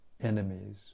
enemies